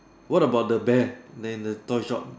what about the bear in the in the toy shop